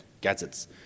gadgets